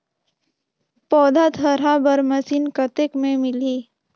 पौधा थरहा बर मशीन कतेक मे मिलही?